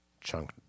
chunk